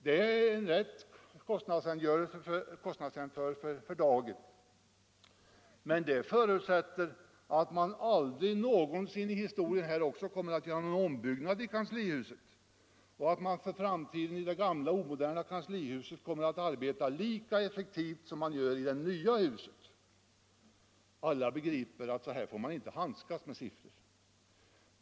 Det är en riktig kostnadsjämförelse för dagen, men den förutsätter att det aldrig någonsin kommer att göras någon ombyggnad i kanslihuset och att man för framtiden i det gamla, omoderna kanslihuset kommer att arbeta lika effektivt som man gör i det nya huset. Alla begriper att så här får man inte handskas med siffror.